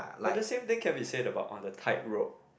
but the same thing can be said about on the tightrope